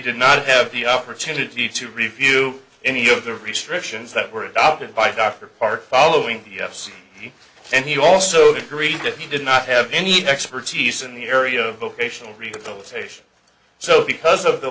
did not have the opportunity to review any of the restrictions that were adopted by dr park following yes and he also agreed that he did not have any expertise in the area of vocational rehabilitation so because of the